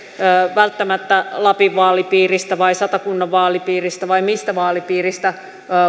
välttämättä lapin vaalipiiristä vai satakunnan vaalipiiristä vai mistä vaalipiiristä